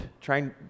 Trying